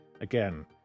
Again